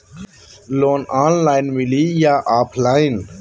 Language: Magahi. लोन ऑनलाइन मिली बोया ऑफलाइन?